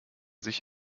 sich